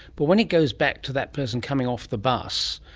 but when it goes back to that person coming off the bus,